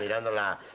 yeah candela?